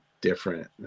different